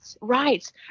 right